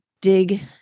dig